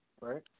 right